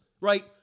Right